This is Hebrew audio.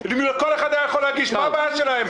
מה הבעיה שלהם?